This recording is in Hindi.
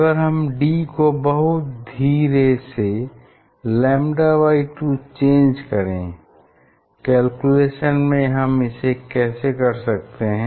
अगर हम d को बहुत धीरे से λ2 चेंज करें कैलकुलेशन में हम इसे कैसे कर सकते हैं